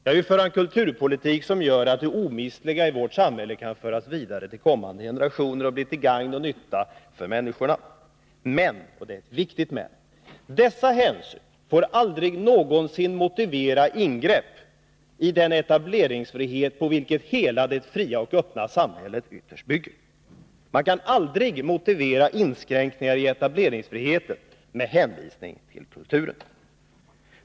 Jag vill föra en kulturpolitik som gör att det omistliga i vårt samhälle kan föras vidare till kommande generationer och bli till gagn och nytta för människorna. Men — och det är ett viktigt men — dessa hänsyn får aldrig någonsin motivera ingrepp i den etableringsfrihet på vilken hela det fria och öppna samhället ytterst bygger. Man kan aldrig motivera inskränkningar i etableringsfriheten med hänvisning till kulturen.